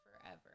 forever